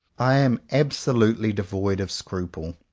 i am absolutely devoid of scruple.